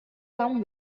come